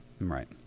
Right